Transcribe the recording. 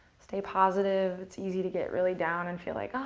stay positive. it's easy to get really down and feel like, ah,